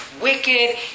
wicked